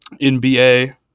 NBA